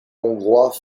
hongrois